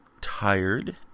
tired